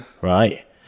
right